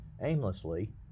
aimlessly